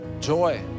Joy